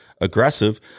aggressive